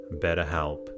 BetterHelp